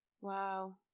Wow